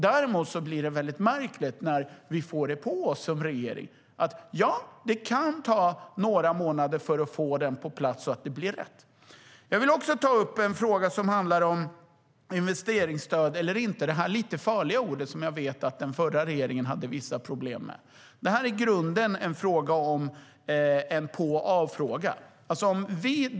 Men det låter lite märkligt när man vill få det till att det inte får ta oss mer än några månader att få det hela på plats så att det blir rätt. Jag vill också ta upp frågan om investeringsstöd eller inte. Det är ett lite farligt ord som jag vet att den förra regeringen hade vissa problem med. Det är i grunden en på-och-av-fråga.